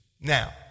Now